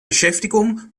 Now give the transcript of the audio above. beschäftigung